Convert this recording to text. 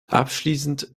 abschließend